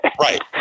Right